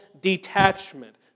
detachment